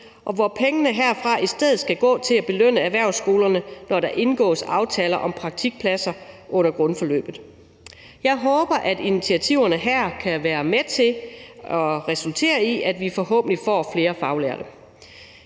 hvor pengene herfra i stedet skal gå til at belønne erhvervsskolerne, når der indgås aftaler om praktikpladser under grundforløbet. Jeg håber, at initiativerne her kan resultere i, at vi forhåbentlig får flere faglærte.